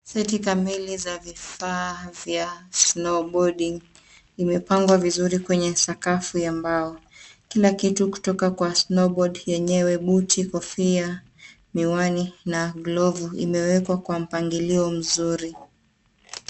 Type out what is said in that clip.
Seti kamili za vifaa vya snowboarding imepangwa vizuri kwenye sakafu ya mbao. Kila kitu kutoka kwa snowboard yenyewe buti kofia miwani na glovu imewekwa kwa mpangilio mzuri.